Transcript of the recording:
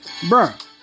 Bruh